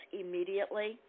immediately